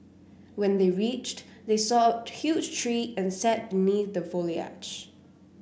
when they reached they saw huge tree and sat beneath the foliage